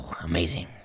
amazing